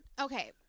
Okay